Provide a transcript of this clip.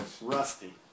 Rusty